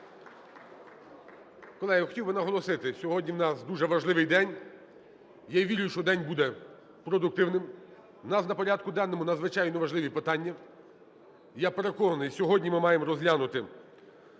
Колеги, хотів би наголосити: сьогодні у нас дуже важливий день. Я вірю, що день буде продуктивним. У нас на порядку денному надзвичайно важливі питання. Я переконаний, сьогодні ми маємо розглянути